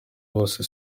bose